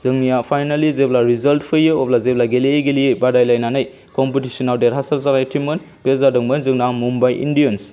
जोंनिया फाइनेलि जेब्ला रिजाल्ट फैयो अब्ला जेब्ला गेलेयै गेलेयै बादायलायनानै कम्पिटिसनाव देरहासार जानाय टीममोन बे जादोंमोन जोंना मुम्बाइ इण्डियान्स